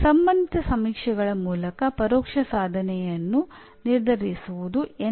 ಸಂಬಂಧಿತ ಸಮೀಕ್ಷೆಗಳ ಮೂಲಕ ಪರೋಕ್ಷ ಸಾಧನೆಯನ್ನು ನಿರ್ಧರಿಸುವುದು ಎನ್